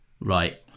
right